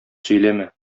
сөйләмә